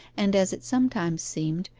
and as it sometimes seemed,